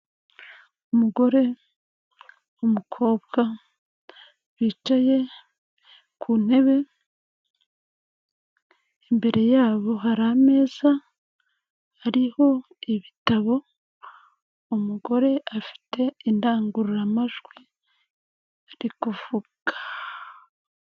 Umugore n'umukobwa bicaye ku ntebe, imbere yabo hari ameza harihoho ibitabo, umugore afite indangururamajwi arikuvuga.